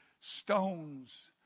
stones